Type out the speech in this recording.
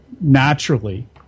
naturally